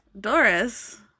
Doris